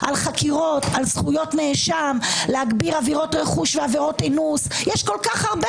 כל כך הרבה